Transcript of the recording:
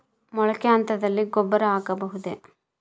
ಮೊಳಕೆ ಹಂತದಲ್ಲಿ ಗೊಬ್ಬರ ಹಾಕಬಹುದೇ?